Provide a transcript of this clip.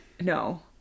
No